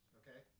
okay